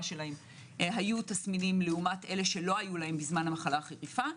שלהם היו תסמינים לעומת אלה שלא היו להם בזמן המחלה החריפה.